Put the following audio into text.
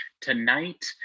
tonight